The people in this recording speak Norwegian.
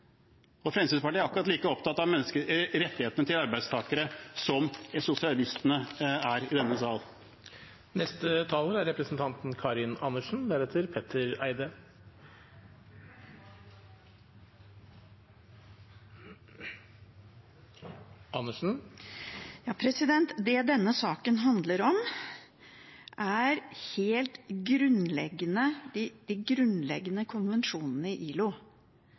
Fremskrittspartiet er akkurat like opptatt av rettighetene til arbeidstakere som sosialistene er i denne sal. Det denne saken handler om, er de helt grunnleggende konvensjonene i ILO. Det handler om